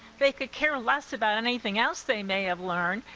they could care less about anything else they may have learned,